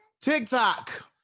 TikTok